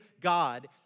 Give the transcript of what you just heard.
God